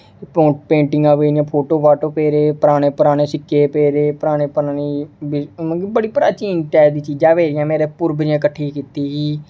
पेंटिंगां पेदियां फोटो फाटो पेदे पराने पराने सिक्के पेदे पराने पराने मतलब गी बड़ी प्राचीन टाइप दियां चीजां पेदियां मेरे पुर्वजें कट्ठी कीती दी ही